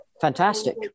fantastic